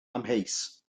amheus